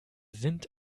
sind